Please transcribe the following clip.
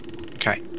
Okay